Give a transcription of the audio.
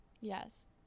Yes